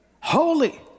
holy